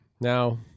Now